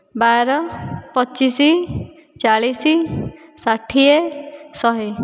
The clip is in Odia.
ବାର ପଚିଶ ଚାଳିଶ ଷାଠିଏ ଶହେ